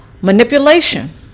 Manipulation